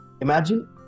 imagine